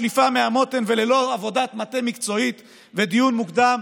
בשליפה מהמותן וללא עבודת מטה מקצועית ודיון מוקדם,